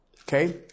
Okay